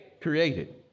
Created